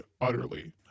utterly